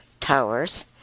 towers